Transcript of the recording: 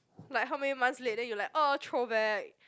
like how many months late then you like oh throwback